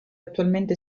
attualmente